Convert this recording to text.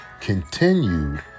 continued